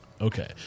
Okay